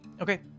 Okay